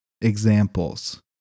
examples